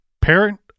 parent